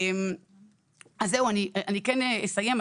אני אסיים.